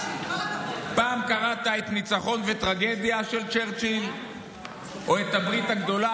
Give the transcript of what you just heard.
פעם קראת את "ניצחון וטרגדיה" של צ'רצ'יל או את "הברית הגדולה".